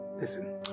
Listen